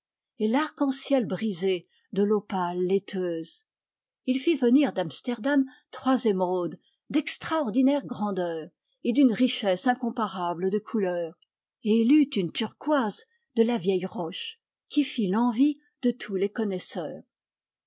et l'arc-en-ciel brisé de l'opale laiteuse fit venir d'amsterdam trois émeraudes d'extraordinaire grandeur et d'une richesse incomparable de couleur et il eut une turquoise de la vieille roche qui lit l'envie de tous les connaisseurs